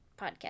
podcast